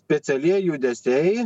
specialieji judesiai